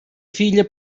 filla